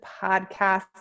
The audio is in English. podcast